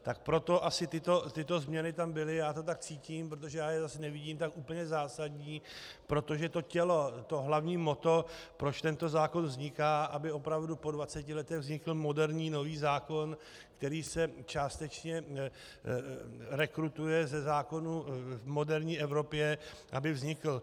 Tak proto asi tyto změny tam byly, já to tak cítím, protože já je zas nevidím tak úplně zásadní, protože to tělo, to hlavní motto, proč tento zákon vzniká, aby opravdu po dvaceti letech vznikl moderní nový zákon, který se částečně rekrutuje ze zákonů v moderní Evropě, aby vznikl.